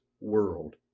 world